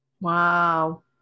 Wow